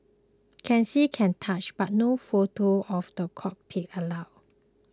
can see can touch but no photos of the cockpit allowed